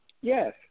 yes